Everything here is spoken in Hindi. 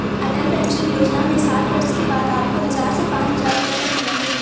अटल पेंशन योजना में साठ वर्ष के बाद आपको हज़ार से पांच हज़ार रुपए तक मिलेंगे